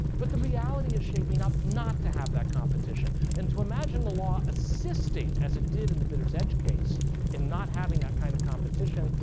but the reality is shaping up not to have that competition. and to imagine the law assisting as it did in the bidder's edge case and not having that kind of competition,